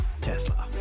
Tesla